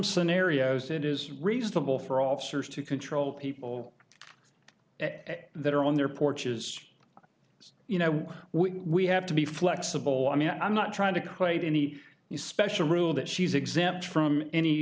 scenarios it is reasonable for officers to control people at that or on their porches you know we have to be flexible i mean i'm not trying to create any new special rule that she's exempt from any